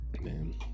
Man